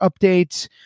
updates